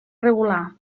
regular